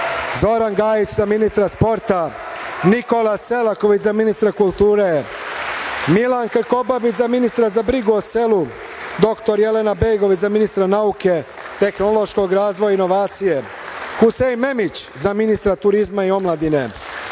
Zoran Gajić, za ministra sporta; Nikola Selaković, za ministra kulture; Milan Krkobabić, za ministra za brigu o selu; dr Jelena Begović, za ministra nauke, tehnološkog razvoja i inovacija; Husein Memić, za ministra turizma i omladine;